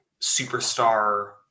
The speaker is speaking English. superstar